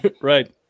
Right